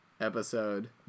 episode